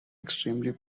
extremely